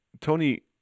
Tony